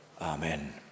Amen